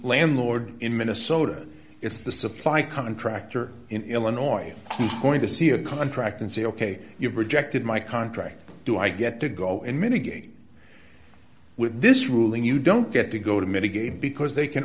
landlord in minnesota it's the supply contractor in illinois he's going to see a contract and say ok you've rejected my contract do i get to go in many games with this ruling you don't get to go to mitigate because